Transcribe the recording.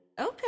Okay